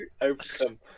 Overcome